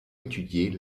étudier